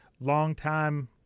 longtime